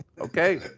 okay